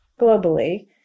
globally